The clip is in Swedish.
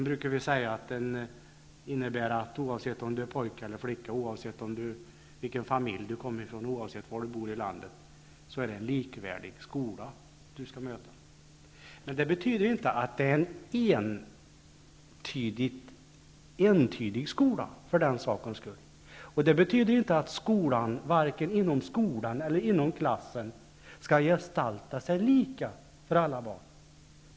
Vi brukar säga att likvärdigheten innebär att det oavsett om man är pojke eller flicka, oavsett från vilken familj man kommer och oavsett var man bor i landet skall vara en likvärdig skola man möter. Det betyder inte att det för den sakens skull är en entydig skola och inte att skolan, vare sig inom skolan eller inom klassen, skall vara lika för alla barn.